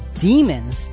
demons